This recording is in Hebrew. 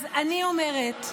אז אני אומרת,